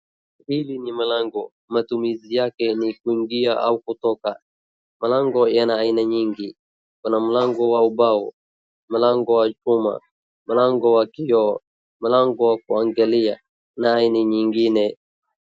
Hii ni mlango. Matumizi yake ni kuingia au kutoka. Milango ni ya aina nyingi, kuna mlango wa mbao, mlango wa chuma ,mlango wa kioo, mlango wa kuangalia na hii ni nyingine.